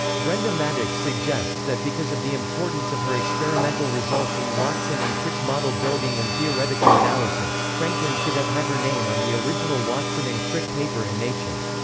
brenda maddox suggests that because of the importance of her experimental results in watson and crick's model building and theoretical analysis, franklin should have had her name on the original watson and crick paper in nature.